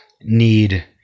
need